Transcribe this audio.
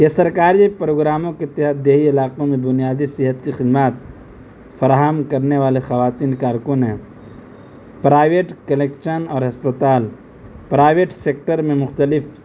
یہ سرکاری پروگراموں کے تحت دیہی علاقوں میں بنیادی صحت کی خدمات فراہم کرنے والے خواتین کارکن ہیں پرائیویٹ کلیکشن اور ہسپتال پرائیویٹ سیکٹر میں مختلف